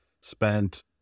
spent